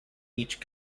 each